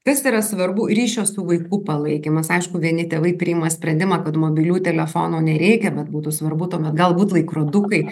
kas yra svarbu ryšio su vaiku palaikymas aišku vieni tėvai priima sprendimą kad mobilių telefonų nereikia bet būtų svarbu tuomet galbūt laikrodukai